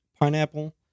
pineapple